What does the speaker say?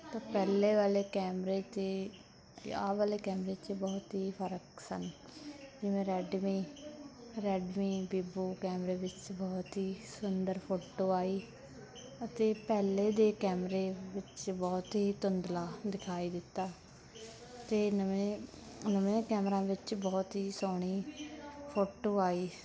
ਤਾਂ ਪਹਿਲੇ ਵਾਲੇ ਕੈਮਰੇ ਅਤੇ ਆਹ ਵਾਲੇ ਕੈਮਰੇ 'ਚ ਬਹੁਤ ਹੀ ਫਰਕ ਸਨ ਜਿਵੇਂ ਰੈਡਮੀ ਰੈਡਮੀ ਵੀਵੋ ਕੈਮਰੇ ਵਿੱਚ ਬਹੁਤ ਹੀ ਸੁੰਦਰ ਫੋਟੋ ਆਈ ਅਤੇ ਪਹਿਲੇ ਦੇ ਕੈਮਰੇ ਵਿੱਚ ਬਹੁਤ ਹੀ ਧੁੰਦਲਾ ਦਿਖਾਈ ਦਿੱਤਾ ਅਤੇ ਨਵੇਂ ਨਵੇਂ ਕੈਮਰਾ ਵਿੱਚ ਬਹੁਤ ਹੀ ਸੋਹਣੀ ਫੋਟੋ ਆਈ